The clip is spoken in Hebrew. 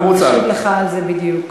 הוא משיב לך על זה בדיוק.